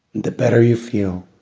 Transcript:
the better you feel,